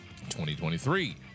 2023